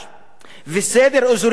וגם סדר אזורי חדש,